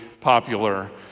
popular